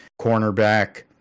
cornerback